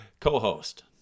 co-host